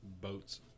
boats